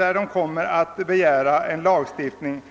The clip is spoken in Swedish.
att de kommer att begära en lagstiftning.